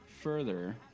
further